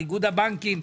איגוד הבנקים,